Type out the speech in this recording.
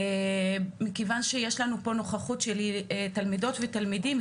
מכיוון שיש לנו פה נוכחות של תלמידות ותלמידים,